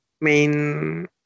main